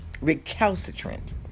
Recalcitrant